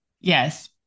yes